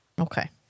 Okay